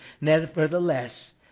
Nevertheless